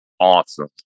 awesome